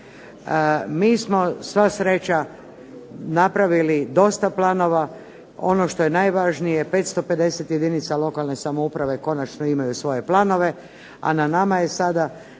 Mi smo sva sreća napravili dosta planova. Ono što je najvažnije 550 jedinica lokalne samouprave konačno imaju svoje planove, a na nama je sada